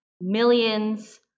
Millions